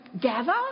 gather